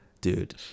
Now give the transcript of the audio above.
dude